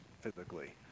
physically